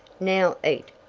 now eat,